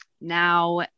Now